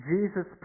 Jesus